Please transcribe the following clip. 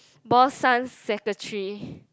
boss son secretary